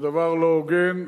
זה דבר לא הוגן,